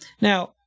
Now